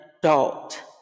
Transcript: adult